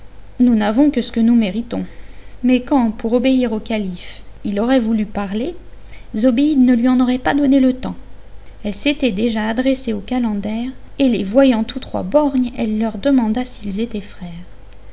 nous n'avons que ce que nous méritons mais quand pour obéir au calife il aurait voulu parler zobéide ne lui en aurait pas donné le temps elle s'était déjà adressée aux calenders et les voyant tous trois borgnes elle leur demanda s'ils étaient frères